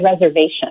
reservation